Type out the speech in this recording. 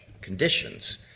conditions